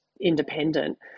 independent